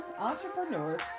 entrepreneurs